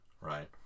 right